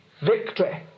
Victory